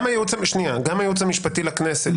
גם הייעוץ המשפטי לכנסת,